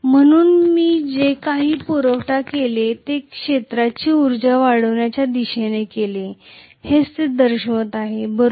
म्हणून मी जे काही पुरवठा केले ते क्षेत्राची उर्जा वाढवण्याच्या दिशेने गेली हेच ते दर्शवित आहे बरोबर